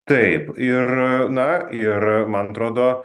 taip ir na ir man atrodo